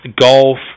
golf